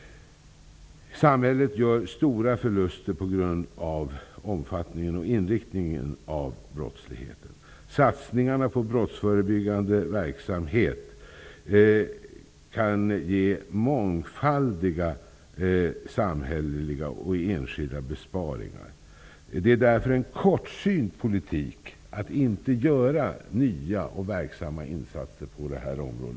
Samhället gör stora förluster på grund av omfattningen och inriktningen av brottsligheten. Satsningarna på den brottsförebyggande verksamheten kan ge mångfaldiga samhälleliga och enskilda besparingar. Det är därför en kortsynt politik att inte göra nya och verksamma insatser på detta område.